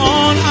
on